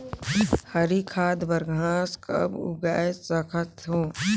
हरी खाद बर घास कब उगाय सकत हो?